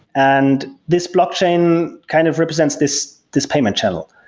and this blockchain kind of represents this this payment channel.